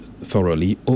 thoroughly